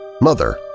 Mother